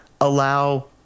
allow –